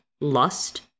lust